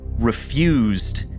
refused